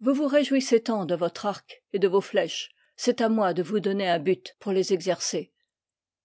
vous vous réjouissez tant de votre arc et de vos flèches c'est à moi de vous donner un but pour les exercer